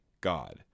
God